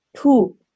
two